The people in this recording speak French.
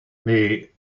mais